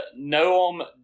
Noam